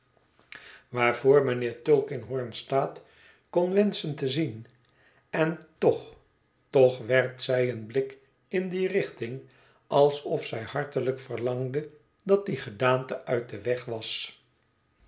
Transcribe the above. waarvoor mijnheer tulkinghorn staat kon wenschen te zien en toch toch werpt zij een blik in die richting alsof zij hartelijk verlangde dat die gedaante uit den weg was